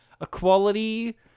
Equality